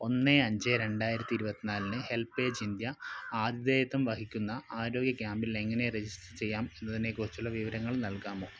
ഒന്ന് അഞ്ച് രണ്ടായിരത്തി ഇരുപത്തിനാലിന് ഹെൽപേജ് ഇന്ത്യ ആതിഥേയത്വം വഹിക്കുന്ന ആരോഗ്യ ക്യാമ്പിൽ എങ്ങനെ രജിസ്റ്റർ ചെയ്യാം എന്നതിനെക്കുറിച്ചുള്ള വിവരങ്ങൾ നൽകാമോ